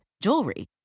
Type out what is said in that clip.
Jewelry